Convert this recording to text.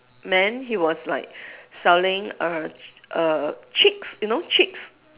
man he was like selling err err chicks you know chicks